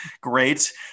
great